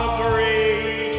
great